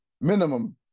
minimum